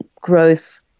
growth